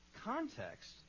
context